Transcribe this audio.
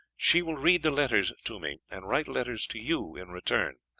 she will read the letters to me and write letters to you in return,